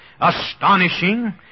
astonishing